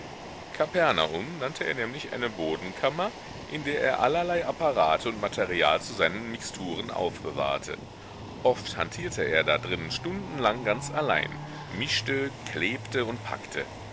kapernaum nannte er nämlich eine bodenkammer in der er allerlei apparate und material zu seinen mixturen aufbewahrte oft hantierte er da drinnen stundenlang ganz allein mischte klebte und packte